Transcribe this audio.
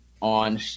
on